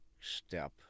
step